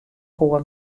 koe